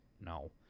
No